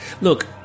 Look